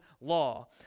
law